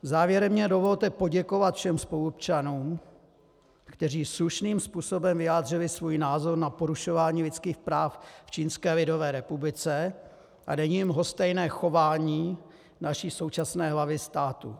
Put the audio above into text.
Závěrem mi dovolte poděkovat všem spoluobčanům, kteří slušným způsobem vyjádřili svůj názor na porušování lidských práv v Čínské lidové republice a není jim lhostejné chování naší současné hlavy státu.